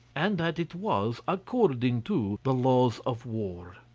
and that it was according to the laws of war.